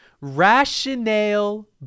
Rationale